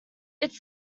its